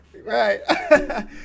right